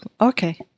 okay